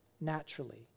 naturally